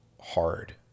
hard